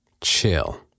Chill